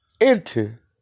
Enter